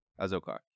Azokar